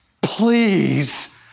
please